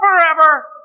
forever